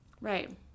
right